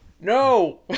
no